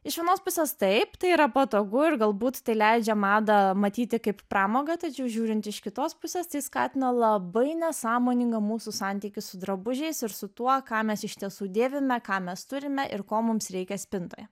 iš vienos pusės taip tai yra patogu ir galbūt tai leidžia madą matyti kaip pramogą tačiau žiūrint iš kitos pusės tai skatina labai nesąmoningą mūsų santykį su drabužiais ir su tuo ką mes iš tiesų dėvime ką mes turime ir ko mums reikia spintoje